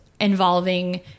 involving